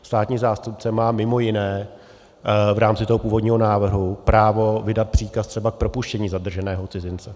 Státní zástupce má mimo jiné v rámci toho původního návrhu právo vydat příkaz třeba k propuštění zadrženého cizince.